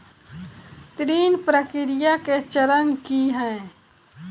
ऋण प्रक्रिया केँ चरण की है?